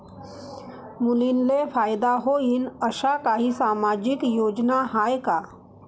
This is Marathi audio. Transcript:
मुलींले फायदा होईन अशा काही सामाजिक योजना हाय का?